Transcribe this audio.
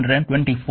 ಆದ್ದರಿಂದ ಒಟ್ಟು 8